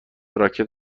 راکت